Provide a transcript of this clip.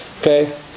Okay